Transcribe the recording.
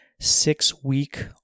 six-week